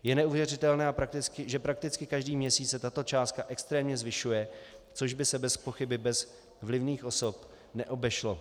Je neuvěřitelné, že prakticky každý měsíc se tato částka extrémně zvyšuje, což by se bezpochyby bez vlivných osob neobešlo.